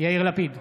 יאיר לפיד,